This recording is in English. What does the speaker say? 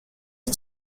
she